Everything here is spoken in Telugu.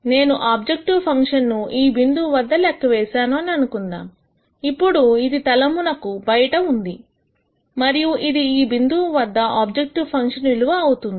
నేను ఆబ్జెక్టివ్ ఫంక్షన్ ను ఈ బిందువు వద్ద లెక్క వేసాను అని అనుకుందాము ఇప్పుడు ఇది తలమునకు బయట ఉంటుంది మరియు ఇది ఈ బిందువు వద్ద ఆబ్జెక్టివ్ ఫంక్షన్ విలువ అవుతుంది